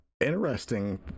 interesting